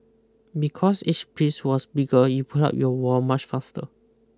because each piece was bigger you put up your wall much faster